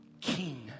king